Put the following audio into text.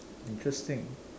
interesting